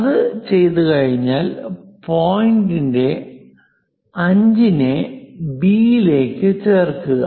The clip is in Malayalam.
അത് ചെയ്തുകഴിഞ്ഞാൽ പോയിന്റ് 5നെ ബി യിലേക്ക് ചേർക്കുക